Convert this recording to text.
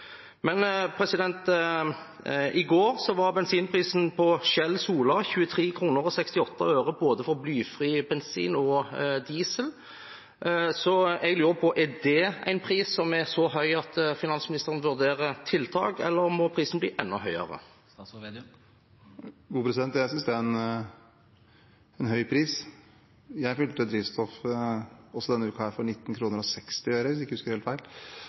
I går var bensinprisen på Shell Sola 23,68 kr både for blyfri bensin og for diesel. Jeg lurer på om det er en pris som er så høy at finansministeren vurderer tiltak, eller må prisen bli enda høyere? Jeg synes det er en høy pris. Jeg fylte også drivstoff denne uken for 19,60 kr – hvis jeg ikke husker helt feil